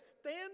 stand